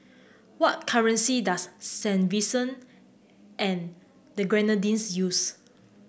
what currency does Saint Vincent and the Grenadines use